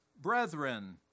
Brethren